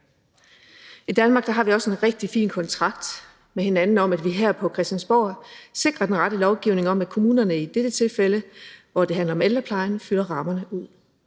I Danmark har vi også en rigtig fin kontrakt med hinanden om, at vi her på Christiansborg sikrer den rette lovgivning om, at kommunerne i dette tilfælde, hvor det handler om ældreplejen, fylder rammerne ud.